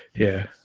yeah,